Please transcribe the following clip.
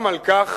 גם על כך